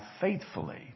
faithfully